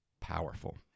powerful